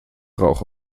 rauch